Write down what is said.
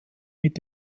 mit